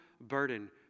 burden